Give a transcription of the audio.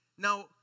Now